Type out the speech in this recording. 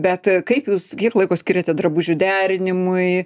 bet kaip jūs kiek laiko skiriate drabužių derinimui